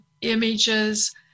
images